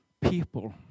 people